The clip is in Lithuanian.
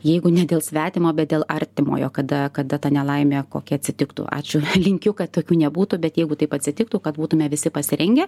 jeigu ne dėl svetimo bet dėl artimojo kada kada ta nelaimė kokia atsitiktų ačiū linkiu kad tokių nebūtų bet jeigu taip atsitiktų kad būtumėme visi pasirengę